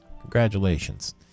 Congratulations